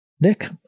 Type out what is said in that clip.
Nick